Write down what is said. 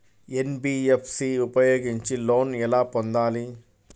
NBFC ఉపయోగించి loan ఎలా పొందాలి?